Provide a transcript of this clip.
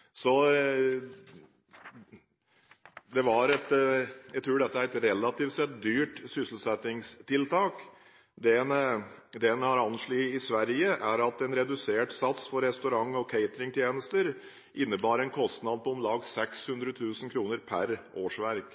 Jeg tror dette er et relativt sett dyrt sysselsettingstiltak. Det man har anslått i Sverige, er at en redusert sats for restaurant- og cateringtjenester innebærer en kostnad på om lag 600 000 kr per årsverk.